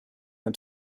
had